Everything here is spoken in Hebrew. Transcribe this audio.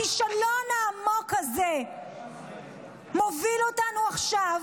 הכישלון העמוק הזה מוביל אותנו עכשיו